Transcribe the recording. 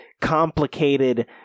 complicated